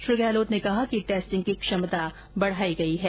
श्री गहलोत ने कहा कि टेस्टिंग की क्षमता बढाई गई है